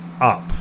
up